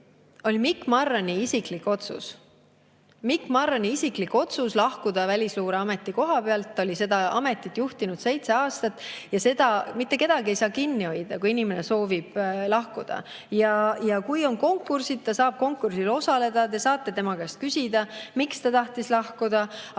oli Mikk Marrani isiklik otsus. See oli Mikk Marrani isiklik otsus lahkuda Välisluureameti juhi koha pealt. Ta oli seda ametit juhtinud seitse aastat ja mitte kedagi ei saa kinni hoida, kui inimene soovib lahkuda. Ja kui on konkursid, ta saab konkursil osaleda. Te saate tema käest küsida, miks ta tahtis lahkuda. Aga